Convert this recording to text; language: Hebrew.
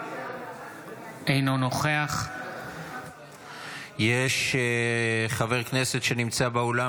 אינו נוכח יש חבר כנסת שנמצא באולם,